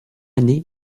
année